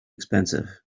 expensive